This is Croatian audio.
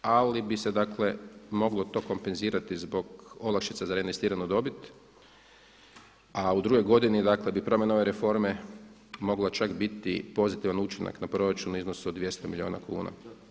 Ali bi se dakle moglo to kompenzirati zbog olakšica za reinvestiranu dobit, a u drugoj godini dakle bi prema novoj reformi moglo čak biti pozitivan učinak na proračun u iznosu od 200 milijuna kuna.